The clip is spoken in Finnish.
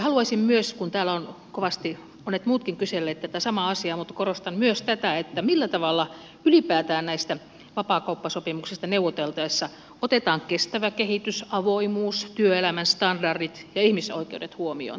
haluaisin myös kun täällä ovat kovasti monet muutkin kyselleet tätä samaa asiaa korostaa tätä millä tavalla ylipäätään näistä vapaakauppasopimuksista neuvoteltaessa otetaan kestävä kehitys avoimuus työelämän standardit ja ihmisoikeudet huomioon